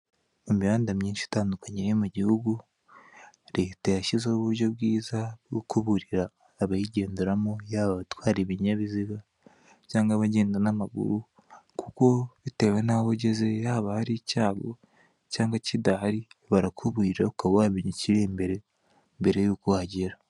Imihanda myinshi itandukanye iri mu gihugu leta yashyizeho uburyo bwiza bwo kuburira abayigenderamo yaba abatwara ibinyabiziga, cyangwa abagenda n'amaguru kuko bitewe n'aho ugezeyo Hababa hari icyago cyangwa kidahari barakuburira ukaba wamenya ikiri imbere ,mbere y'uko hagera.